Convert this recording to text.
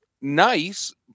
nice